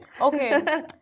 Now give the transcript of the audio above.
Okay